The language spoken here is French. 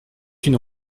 une